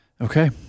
Okay